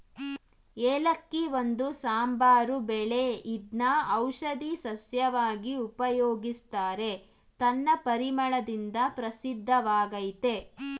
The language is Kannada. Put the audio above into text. ಏಲಕ್ಕಿ ಒಂದು ಸಾಂಬಾರು ಬೆಳೆ ಇದ್ನ ಔಷಧೀ ಸಸ್ಯವಾಗಿ ಉಪಯೋಗಿಸ್ತಾರೆ ತನ್ನ ಪರಿಮಳದಿಂದ ಪ್ರಸಿದ್ಧವಾಗಯ್ತೆ